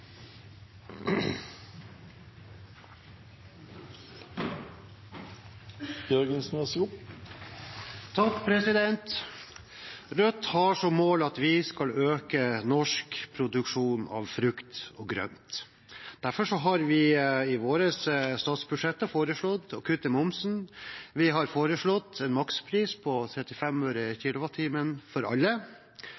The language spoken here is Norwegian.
Rødt har som mål å øke norsk produksjon av frukt og grønt. Derfor har vi i våre alternative statsbudsjetter foreslått å kutte momsen og ha en makspris på 35